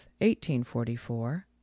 1844